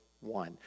one